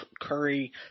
Curry